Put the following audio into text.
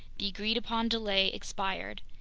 the agreed-upon delay expired.